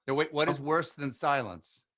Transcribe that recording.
ah wait, what is worse than silence?